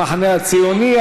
מהמחנה הציוני,